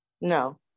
No